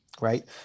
right